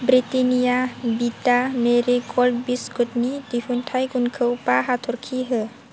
Britannia vita Marie gold बिस्कुटनि दिहुनथाइ गुनखौ बा हाथरखि हो